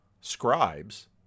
scribes